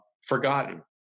Forgotten